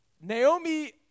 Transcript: Naomi